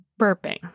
burping